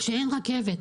כשאין רכבת.